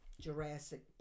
Jurassic